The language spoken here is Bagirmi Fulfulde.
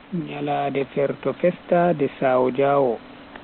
Nyalande ferto festa de sao jao.